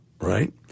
right